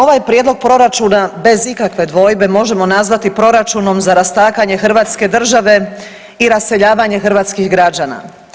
Ovaj prijedlog proračuna, bez ikakve dvojbe možemo nazvati proračunom za rastakanje hrvatske države i raseljavanje hrvatskih građana.